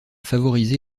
favorisé